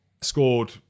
Scored